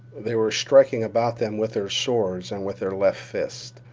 they were striking about them with their swords and with their left fists,